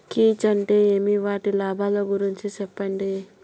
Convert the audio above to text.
కీచ్ అంటే ఏమి? వాటి లాభాలు గురించి సెప్పండి?